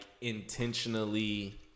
intentionally